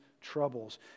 troubles